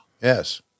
Yes